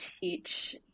teach